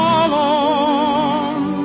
alone